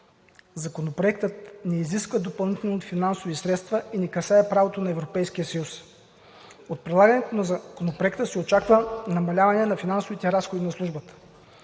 Законопроектът не изисква допълнителни финансови средства и не касае правото на Европейския съюз. От прилагането на Законопроекта се очаква намаляване на финансовите разходи на службата.